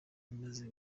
imaze